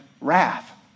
wrath